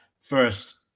first